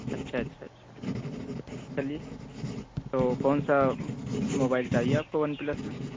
اچھا اچھا اچھا چلیے تو کون سا موبائل چاہیے آپ کو ون پلس میں